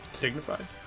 Dignified